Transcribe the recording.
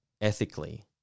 ethically